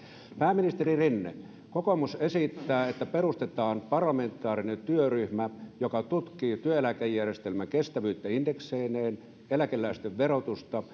pääministeri rinne kokoomus esittää että perustetaan parlamentaarinen työryhmä joka tutkii työeläkejärjestelmän kestävyyttä indekseineen eläkeläisten verotusta